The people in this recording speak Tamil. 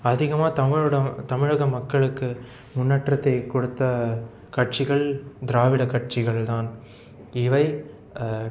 அதிகமாக தமிழோட தமிழக மக்களுக்கு முன்னேற்றத்தை கொடுத்த கட்சிகள் திராவிட கட்சிகள்தான் இவை